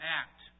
act